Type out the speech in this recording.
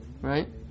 right